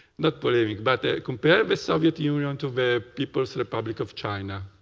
not politic, but compare the soviet union to the people's republic of china.